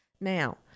Now